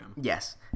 Yes